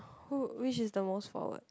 who which is the most forward